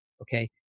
okay